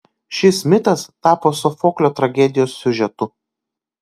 šis mitas tapo sofoklio tragedijos siužetu